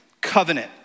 covenant